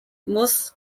muss